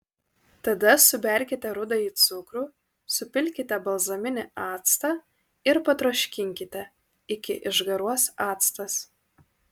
tada suberkite rudąjį cukrų supilkite balzaminį actą ir patroškinkite iki išgaruos actas